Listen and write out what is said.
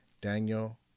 Daniel